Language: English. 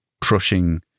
crushing